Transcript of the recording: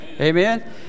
Amen